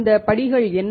அந்த படிகள் என்ன